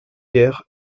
guerre